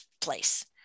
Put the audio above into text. place